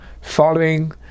following